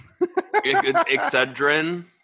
Excedrin